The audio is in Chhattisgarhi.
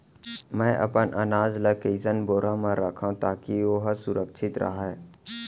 मैं अपन अनाज ला कइसन बोरा म रखव ताकी ओहा सुरक्षित राहय?